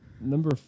Number